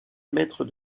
maître